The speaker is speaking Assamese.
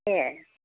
সেইয়াই